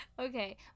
Okay